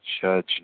judge